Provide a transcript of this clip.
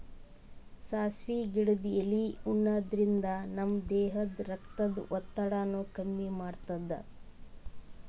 ಸಾಸ್ವಿ ಗಿಡದ್ ಎಲಿ ಉಣಾದ್ರಿನ್ದ ನಮ್ ದೇಹದ್ದ್ ರಕ್ತದ್ ಒತ್ತಡಾನು ಕಮ್ಮಿ ಮಾಡ್ತದ್